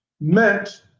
meant